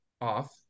off